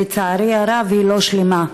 לצערי הרב היא לא שלמה.